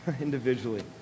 individually